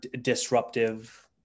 disruptive